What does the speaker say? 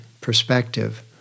perspective